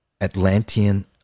Atlantean